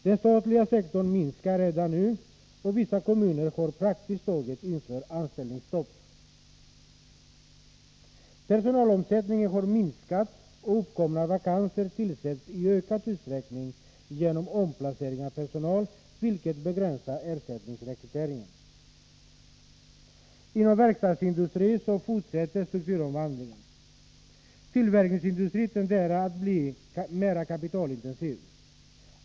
Den statliga sektorn minskar redan nu, och vissa kommuner har praktiskt taget infört anställningsstopp. Personalomsättningen har minskat, och uppkomna vakanser tillsätts i ökad utsträckning genom omplacering av personal, vilket begränsar ersättningsrekryteringen. Inom verkstadsindustrin fortsätter strukturomvandlingen. Tillverkningsindustrin tenderar att bli mera kapitalintensiv.